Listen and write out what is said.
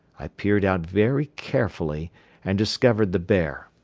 i peered out very carefully and discovered the bear.